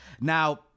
Now